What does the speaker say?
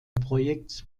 projekts